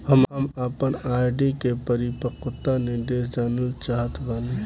हम आपन आर.डी के परिपक्वता निर्देश जानल चाहत बानी